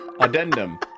Addendum